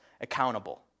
accountable